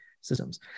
systems